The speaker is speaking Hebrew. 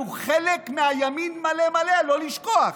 אנחנו חלק מהימין מלא מלא, לא לשכוח,